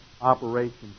operations